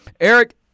Eric